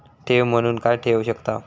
ठेव म्हणून काय ठेवू शकताव?